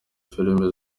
filime